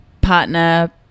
partner